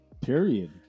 period